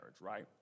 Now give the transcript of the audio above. right